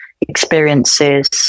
experiences